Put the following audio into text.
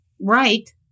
right